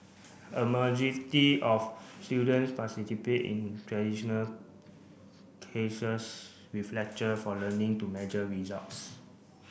a of students participate in traditional with lecture for learning to measure results